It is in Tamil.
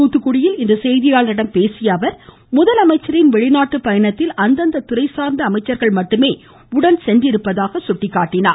தூத்துக்குடியில் இன்று செய்தியாளர்களிடம் பேசிய அவர் முதலமைச்சரின் வெளிநாட்டு பயணத்தில் அந்தந்த துறை சார்ந்த அமைச்சர்கள் மட்டுமே உடன் சென்றிருப்பதாகவும் அமைச்சர் மேலும் கூறினார்